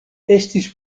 estis